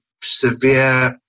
severe